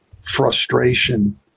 frustration